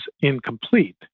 incomplete